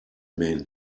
main